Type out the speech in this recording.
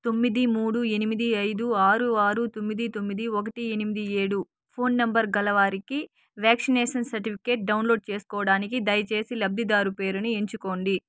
తొమ్మిది మూడు ఎనిమిది ఐదు ఆరు ఆరు తొమ్మిది తొమ్మిది ఒకటి ఎనిమిది ఏడు ఫోన్ నంబర్ గలవారికి వ్యాక్సినేషన్ సర్టిఫికేట్ డౌన్లోడ్ చేసుకోడానికి దయచేసి లబ్ధిదారు పేరుని ఎంచుకోండి